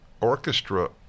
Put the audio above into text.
orchestra